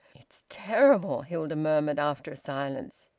it's terrible! hilda murmured, after a silence.